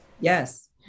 Yes